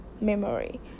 memory